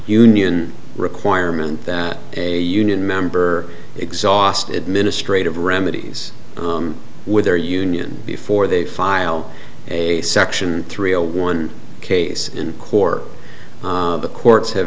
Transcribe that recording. union requirement that a union member exhaust administrative remedies with their union before they file a section three a one case in court the courts have